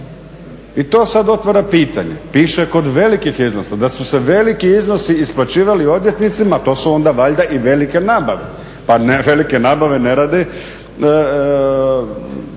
I to sad otvara pitanje, piše kod velikih iznosa, da su se veliki iznosi isplaćivali odvjetnicima, to su onda valjda i velike nabave. Pa velike nabave ne rade